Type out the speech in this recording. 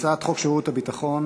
הצעת חוק שירות ביטחון